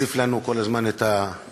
שממש ממש גורמות לנו